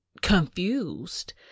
confused